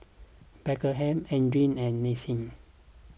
Beckham Adrien and Nancie